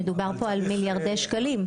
מדובר פה על מיליארדי שקלים.